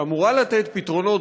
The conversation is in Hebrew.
שאמורה לתת פתרונות